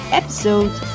episode